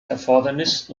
erfordernis